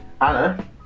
Anna